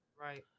Right